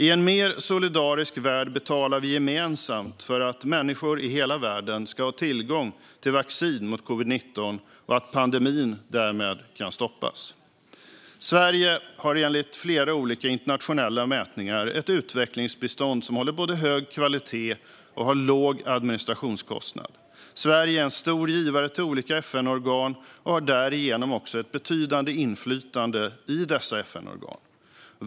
I en mer solidarisk värld betalar vi gemensamt för att människor i hela världen ska få tillgång till vaccin mot covid-19 och att pandemin därmed kan stoppas. Sverige har enligt flera olika internationella mätningar ett utvecklingsbistånd som både håller hög kvalitet och har låg administrationskostnad. Sverige är stor givare till olika FN-organ och har därigenom också ett betydande inflytande i dessa FN-organ.